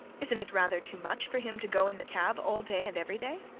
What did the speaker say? isn't it rather too much for him to go in the cab all day and every day?